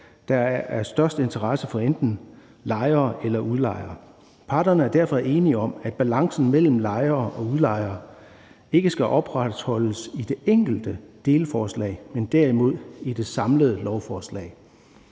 er af størst interesse for enten lejere eller udlejere. Parterne er derfor enige om, at balancen mellem lejere og udlejere ikke skal opretholdes i de enkelte delforslag, men derimod i det samlede lovforslag.